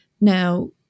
Now